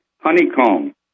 Honeycomb